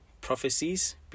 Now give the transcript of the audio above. prophecies